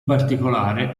particolare